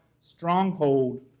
stronghold